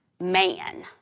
man